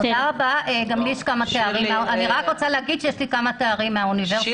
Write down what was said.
תודה רבה --- אני רק רוצה להגיד שיש לי כמה תארים מהאוניברסיטה.